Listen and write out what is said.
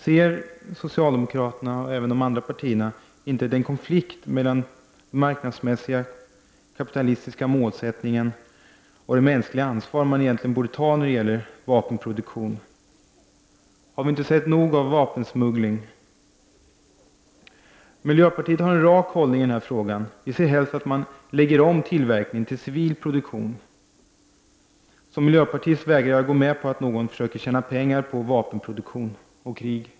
Ser socialdemokraterna och de andra partierna inte konflikten mellan den marknadsmässiga, kapitalistiska målsättningen och det mänskliga ansvar man egentligen borde ta när det gäller vapenproduktion? Har vi inte sett nog av vapensmuggling? Miljöpartiet har en rak hållning i denna fråga. Vi ser helst att man lägger om tillverkningen till civil produktion. Som miljöpartist vägrar jag gå med Bioteknikssminm; på att någon försöker tjäna pengar på vapenproduktion och krig.